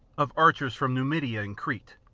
of archers from numidia and crete,